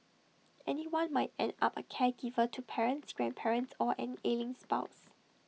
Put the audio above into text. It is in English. anyone might end up A caregiver to parents grandparents or an ailing spouse